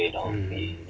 mm